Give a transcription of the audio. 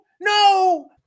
No